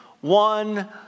one